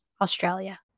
Australia